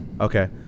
Okay